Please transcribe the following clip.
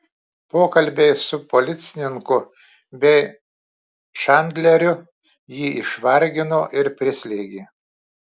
pokalbiai su policininku bei čandleriu jį išvargino ir prislėgė